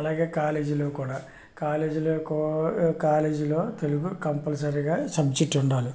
అలాగే కాలేజీలో కూడా కాలేజీలో కూ కాలేజీలో తెలుగు కంపల్సరీగా సబ్జెక్టు ఉండాలి